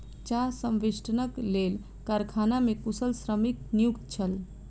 चाह संवेष्टनक लेल कारखाना मे कुशल श्रमिक नियुक्त छल